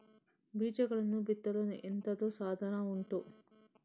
ಬೀಜಗಳನ್ನು ಬಿತ್ತಲು ಎಂತದು ಸಾಧನ ಉಂಟು?